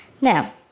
Now